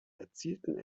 erzielten